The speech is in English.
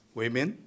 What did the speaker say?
women